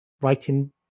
writing